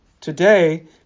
Today